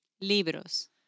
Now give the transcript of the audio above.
Libros